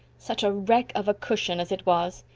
such a wreck of a cushion as it was!